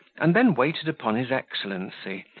and then waited upon his excellency,